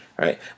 right